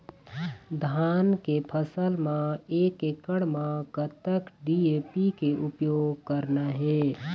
धान के फसल म एक एकड़ म कतक डी.ए.पी के उपयोग करना हे?